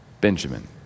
Benjamin